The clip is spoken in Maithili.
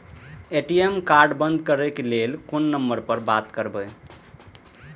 ए.टी.एम कार्ड बंद करे के लेल कोन नंबर पर बात करबे?